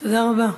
תודה רבה.